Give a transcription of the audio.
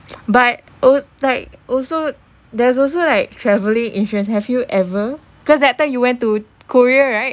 but like al~ like also there's also like travelling insurance have you ever cause that time you went to korea right